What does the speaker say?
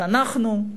זה אנחנו,